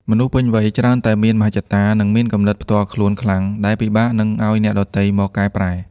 មនុស្សពេញវ័យច្រើនតែមានមហិច្ឆតា និងមានគំនិតផ្ទាល់ខ្លួនខ្លាំង ដែលពិបាកនឹងឱ្យអ្នកដទៃមកកែប្រែ។